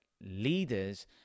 leaders